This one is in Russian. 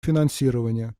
финансирования